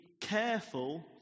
careful